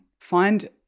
Find